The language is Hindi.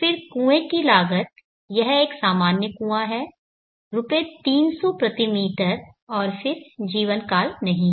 फिर कुएँ की लागत यह एक सामान्य कुआँ है रुपये 300 प्रति मीटर और फिर जीवन काल नहीं है